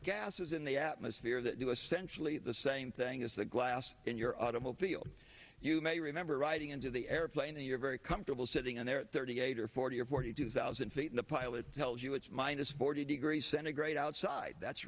es in the atmosphere that do essentially the same thing as the glass in your automobile you may remember riding into the airplane and you're very comfortable sitting in there thirty eight or forty or forty two thousand feet in the pilot tells you it's minus forty degrees centigrade outside that's